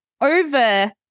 over